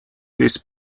this